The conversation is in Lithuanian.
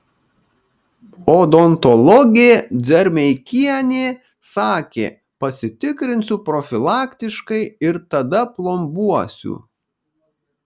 odontologė dzermeikienė sakė pasitikrinsiu profilaktiškai ir tada plombuosiu